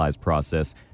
process